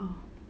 oh